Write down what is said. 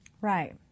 Right